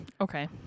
okay